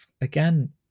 again